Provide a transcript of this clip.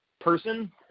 person